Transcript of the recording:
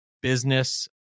business